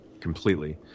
completely